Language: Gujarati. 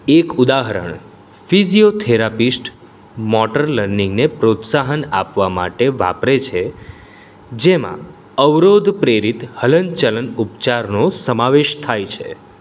એક ઉદાહરણ ફિઝિયોથેરાપિસ્ટ મોટર લર્નિંગને પ્રોત્સાહન આપવા માટે વાપરે છે જેમાં અવરોધ પ્રેરિત હલનચલન ઉપચારનો સમાવેશ થાય છે